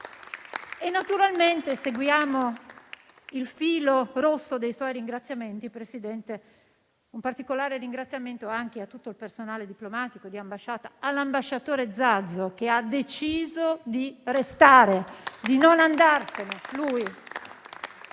Naturalmente, seguendo il filo rosso dei suoi ringraziamenti, presidente Draghi, un particolare ringraziamento va anche a tutto il personale diplomatico, di ambasciata, in particolare all'ambasciatore Zazo, che ha deciso di restare e di non andarsene.